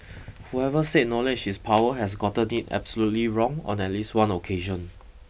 whoever said knowledge is power has gotten it absolutely wrong on at least one occasion